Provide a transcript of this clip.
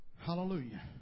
Hallelujah